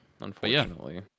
unfortunately